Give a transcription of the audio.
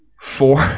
four